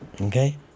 okay